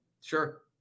Sure